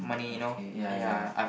okay ya ya